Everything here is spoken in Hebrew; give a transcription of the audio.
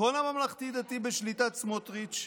כל הממלכתי-דתי בשליטת סמוטריץ',